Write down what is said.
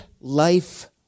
life